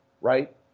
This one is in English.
right